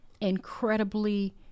incredibly